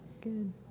Good